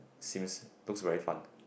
seems looks very fun